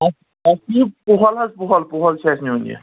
اَسہِ چھ یہِ پۄہَل حظ پۄہل پۄہل چھِ اَسہِ نیُن یہِ